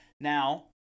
Now